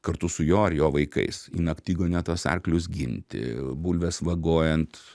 kartu su juo ir jo vaikais į naktigonę tuos arklius ginti bulves vagojant